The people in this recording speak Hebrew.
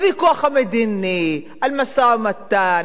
הוויכוח המדיני על משא-ומתן,